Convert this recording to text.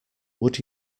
would